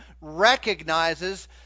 ...recognizes